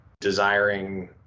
desiring